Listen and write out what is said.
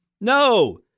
No